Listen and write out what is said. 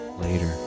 Later